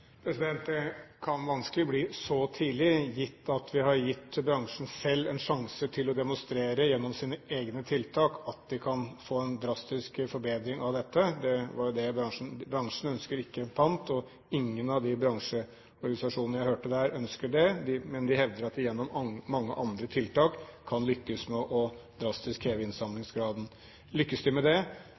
Det kan vanskelig bli så tidlig, gitt at vi har gitt bransjen selv en sjanse til å demonstrere gjennom sine egne tiltak at vi kan få en drastisk forbedring av dette. Bransjen ønsker ikke pant. Ingen av de bransjeorganisasjonene jeg hørte, ønsker det. Men de hevder at de gjennom mange andre tiltak kan lykkes med drastisk å heve innsamlingsgraden. Lykkes de med det